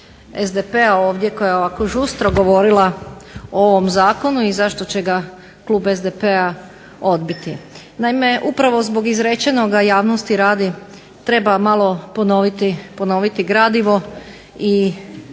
SDP-a ovdje koja je ovako žustro govorila o ovom Zakonu i zašto će ga klub SDP-a odbiti. Naime, upravo zbog izrečenoga i javnosti radi treba malo ponoviti gradivo i